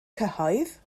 cyhoedd